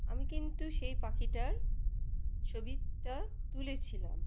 আমি কিন্তু সেই পাখিটার ছবিটা তুলেছিলাম